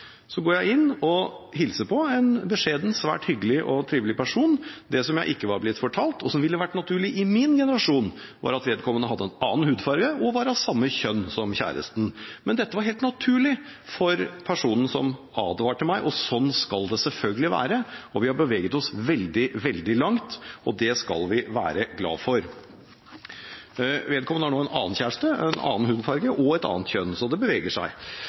på en beskjeden, svært hyggelig og trivelig person. Det som jeg ikke var blitt fortalt, og som ville vært naturlig i min generasjon, var at vedkommende hadde en annen hudfarge og var av samme kjønn som kjæresten, men dette var helt naturlig for personen som advarte meg. Sånn skal det selvfølgelig være. Vi har beveget oss veldig langt, og det skal vi være glad for. – Vedkommende har nå en annen kjæreste, med en annen hudfarge og av et annet kjønn, så det beveger seg.